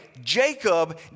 Jacob